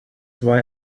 why